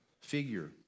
figure